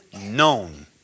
known